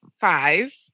five